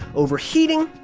overheating,